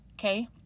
Okay